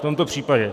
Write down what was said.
V tomto případě.